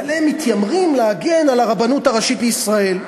אבל הם מתיימרים להגן על הרבנות הראשית לישראל.